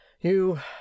You